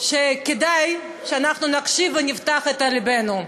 שכדאי שאנחנו נקשיב ונפתח את לבנו אליהם,